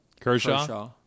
Kershaw